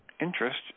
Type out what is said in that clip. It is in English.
Interest